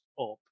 up